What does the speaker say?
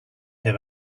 him